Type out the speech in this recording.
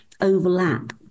overlap